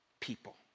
people